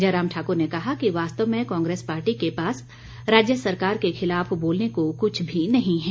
जयराम ठाकुर ने कहा कि वास्तव में कांग्रेस पार्टी के पास राज्य सरकार के खिलाफ बोलने को कुछ भी नही है